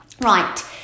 Right